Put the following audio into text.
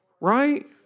Right